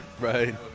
Right